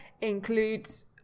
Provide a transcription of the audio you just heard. includes